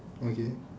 okay